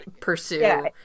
pursue